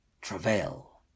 travail